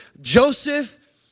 Joseph